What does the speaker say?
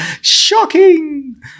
Shocking